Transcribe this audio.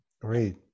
Great